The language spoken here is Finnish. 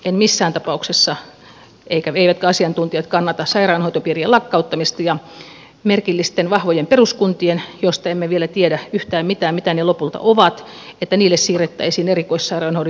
en missään tapauksessa eivätkä asiantuntijat kannata sairaanhoitopiirien lakkauttamista enkä sitä että merkillisille vahvoille peruskunnille joista emme vielä tiedä yhtään mitään mitä ne lopulta ovat siirrettäisiin erikoissairaanhoidon järjestämisvastuu